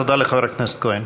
תודה לחבר הכנסת כהן.